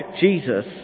Jesus